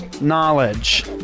knowledge